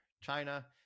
China